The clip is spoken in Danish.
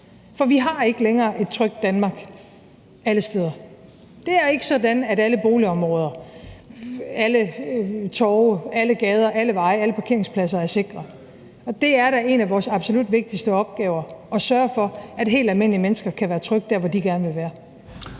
for vi har ikke længere et trygt Danmark alle steder. Det er ikke sådan, at alle boligområder, alle torve, alle gader, alle veje, alle parkeringspladser er sikre. Det er da en af vores absolut vigtigste opgaver at sørge for, at helt almindelige mennesker kan være trygge der, hvor de gerne vil være.